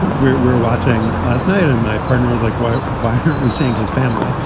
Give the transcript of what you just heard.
we're we're watching last night and my partner is like, why buy her? we seeing his family?